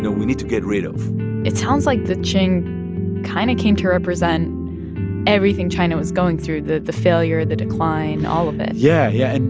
we need to get rid of it sounds like the qing kind of came to represent everything china was going through the the failure, the decline all of it yeah, yeah. and